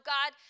God